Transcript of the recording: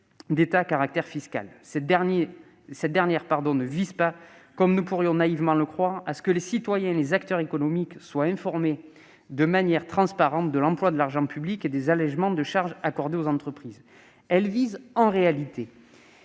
d'État à caractère fiscal. Il ne s'agit pas, comme on pourrait naïvement le croire, de faire en sorte que les citoyens et acteurs économiques soient informés de manière transparente de l'emploi de l'argent public et des allégements de charges accordées aux entreprises ; il s'agit, en réalité,